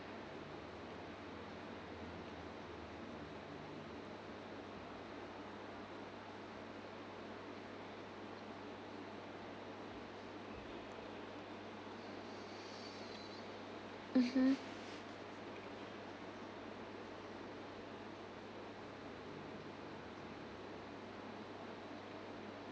mmhmm